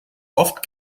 oft